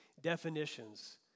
definitions